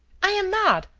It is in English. i am not!